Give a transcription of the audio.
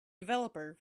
developer